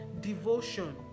devotion